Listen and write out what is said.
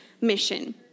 mission